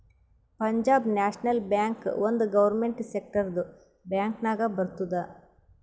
Punjab national bank ಒಂದ್ ಗೌರ್ಮೆಂಟ್ ಸೆಕ್ಟರ್ದು ಬ್ಯಾಂಕ್ ನಾಗ್ ಬರ್ತುದ್